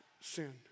sin